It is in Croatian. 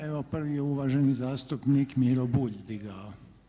Evo prvi je uvaženi zastupnik Miro Bulj digao.